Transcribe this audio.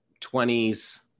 20s